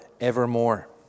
evermore